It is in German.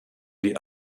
die